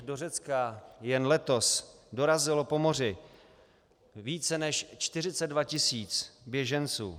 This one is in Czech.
Do Řecka jen letos dorazilo po moři více než 42 tisíc běženců.